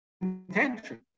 intention